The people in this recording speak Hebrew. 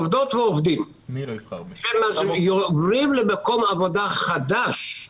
עובדות ועובדים שעוברים למקום עבודה חדש,